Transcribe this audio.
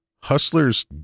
Hustlers